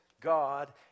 God